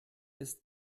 ist